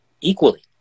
equally